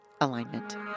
alignment